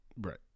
Right